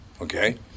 okay